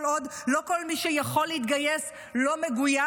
כל עוד לא כל מי שיכול להתגייס לא מגויס,